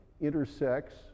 intersects